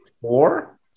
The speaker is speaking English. four